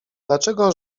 dlaczego